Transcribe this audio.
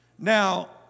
Now